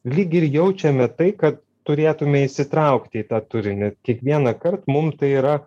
lyg ir jaučiame tai kad turėtume įsitraukti į tą turinį kiekvienąkart mum tai yra